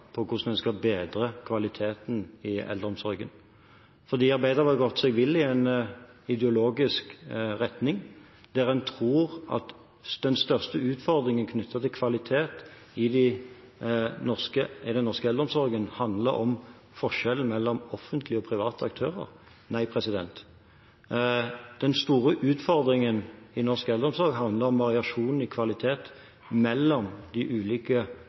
på hvordan en skal bedre kvaliteten i eldreomsorgen. Arbeiderpartiet har gått seg vill i en ideologisk retning der en tror at den største utfordringen knyttet til kvalitet i den norske eldreomsorgen, handler om forskjellen mellom offentlige og private aktører. Nei, den store utfordringen i norsk eldreomsorg handler om variasjonen i kvalitet mellom de ulike